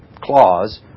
clause